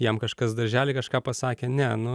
jam kažkas daržely kažką pasakė ne nu